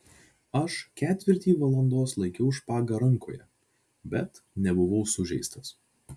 aš ketvirtį valandos laikiau špagą rankoje bet nebuvau sužeistas